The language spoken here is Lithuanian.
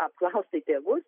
apklausti tėvus